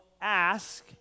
ask